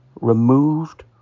removed